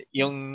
yung